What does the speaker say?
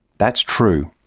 that's true.